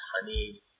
honey